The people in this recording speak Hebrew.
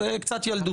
זה קצת ילדותי.